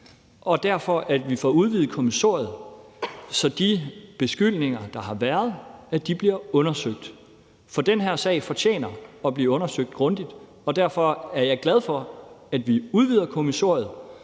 i den, og at vi også får udvidet kommissoriet, så de beskyldninger, der har været, bliver undersøgt. For den her sag fortjener at blive undersøgt grundigt, og derfor er jeg glad for, at vi udvider kommissoriet,